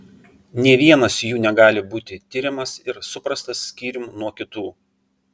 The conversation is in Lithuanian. nė vienas jų negali būti tiriamas ir suprastas skyrium nuo kitų